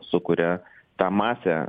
sukuria tą masę